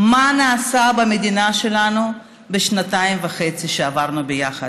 מה נעשה במדינה שלנו בשנתיים וחצי שעברנו ביחד,